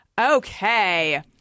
Okay